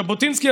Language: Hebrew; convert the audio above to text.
ז'בוטינסקי,